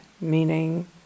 meaning